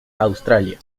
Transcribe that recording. australia